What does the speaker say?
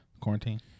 Quarantine